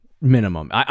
minimum